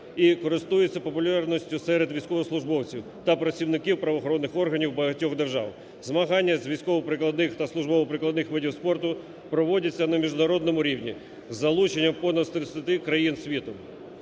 і користується популярністю серед військовослужбовців та працівників правоохоронних органів в багатьох державах. Змагання з військово-прикладних та службово-прикладних видів спорту проводяться на міжнародному рівні із залученням понад 30 країн світу.